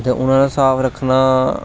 ते उंदा साफ रक्खना